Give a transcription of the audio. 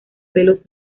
pelos